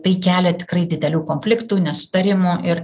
tai kelia tikrai didelių konfliktų nesutarimų ir